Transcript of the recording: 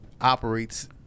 operates